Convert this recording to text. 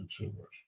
consumers